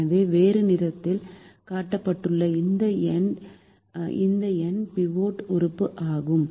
எனவே வேறு நிறத்தில் காட்டப்பட்டுள்ள இந்த எண் பிவோட் உறுப்பு ஆகும்